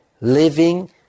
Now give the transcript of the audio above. living